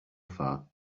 far